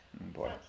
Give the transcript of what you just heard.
boy